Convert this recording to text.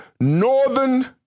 northern